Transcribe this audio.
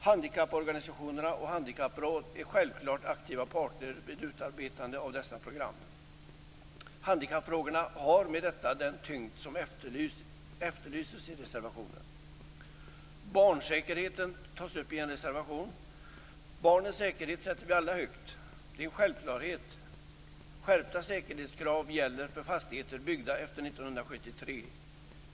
Handikapporganisationerna och handikappråd är självfallet aktiva parter vid utarbetande av dessa program. Handikappfrågorna har med detta den tyngd som efterlyses i reservationen. Barnsäkerheten tas upp i en reservation. Barnens säkerhet sätter vi alla högt. Detta är en självklarhet. Skärpta säkerhetskrav gäller för fastigheter byggda efter 1973.